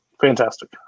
fantastic